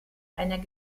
einer